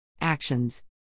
Actions